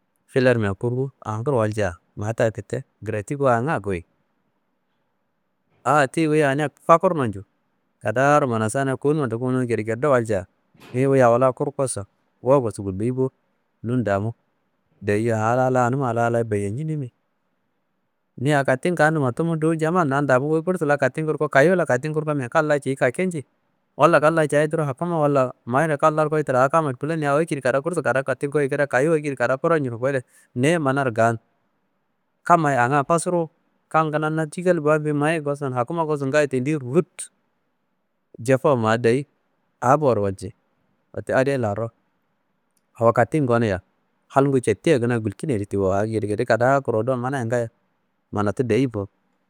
Filermia konngu anguro walcia ma ta fite girati bo anga goyi. Aa tiyi wuyi aniya fakurno nju kadaaro manasana kunumma ndoku wunum gedegedero walcia niyi wuyi a la kurkoso, gowukoso, guli bo nundamu deyi ha a la anumma Allah Allayi beyincine mi. Niyi a katin kandumma tummu dowu jamman nan damu wu gursu la katin kurko kayowu la katin kurko mia kan layi ciyuwu :«kake» nji. Walla kan layi cayi tudu hakumaro wala Mayina kan laro koyi tra ha kama filaniyi awo ekedi kada gursu kada katin goyi kida kayowu ekedi kada kuro ñunowu goyo niye manaro ngan kammaye anga fasuruwu. Kan kuma na cikal bambe Mayi ngosu n hakuma ngosu n ngayi tendiyi rutte jofowu ma deyi a boro walci. Wette ade laro awo katin ngoniyia halngu cattia halngu gulkinyedi tiwo awo gedeged kada kuro do manayi ngayi manatu dayi bo